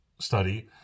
study